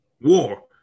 war